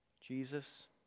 Jesus